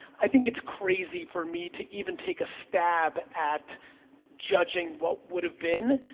i think it's crazy for me to even take a stab at judging what would have been.